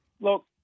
Look